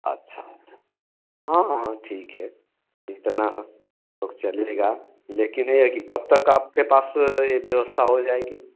अच्छा अच्छा हाँ हाँ ठीक है इतना तो चलेगा लेकिन ये है कि कब तक आपके पास ये व्यवस्था हो जाएगी